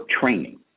training